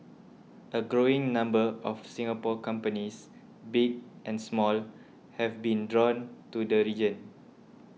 a growing number of Singapore companies big and small have been drawn to the region